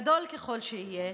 גדול ככל שיהיה,